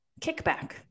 kickback